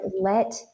let